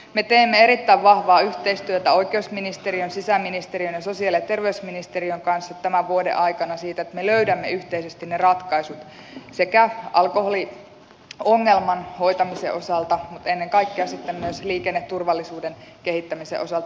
me teemme erittäin vahvaa yhteistyötä oikeusministeriön sisäministeriön ja sosiaali ja terveysministeriön kanssa tämän vuoden aikana siitä että me löydämme yhteisesti ne ratkaisut sekä alkoholiongelman hoitamisen osalta mutta ennen kaikkea sitten myös liikenneturvallisuuden kehittämisen osalta